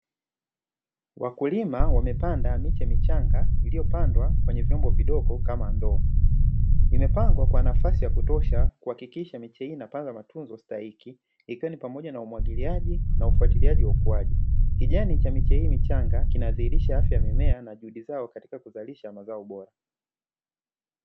Wakulima wamepanda miche michanga iliyopandwa kwenye vyombo vidogo kama ndoo, imepangwa kwa nafasi ya kutosha kuhakikisha miche hii inapata matunzo stahiki ikiwa ni pamoja na umwagiliji na ufuatiliaji wa ukuaji, kijani cha miche hii michanga kinadhihirisha afya ya mimea na juhudi zao katika kuzalisha mazao bora.